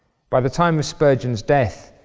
by the time of spurgeon's death,